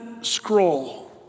scroll